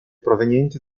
provenienti